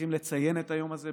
צריכים לציין את היום הזה,